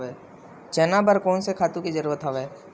चना बर कोन से खातु के जरूरत हवय?